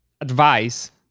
advice